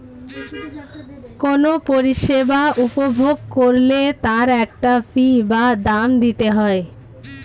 কোনো পরিষেবা উপভোগ করলে তার একটা ফী বা দাম দিতে হয়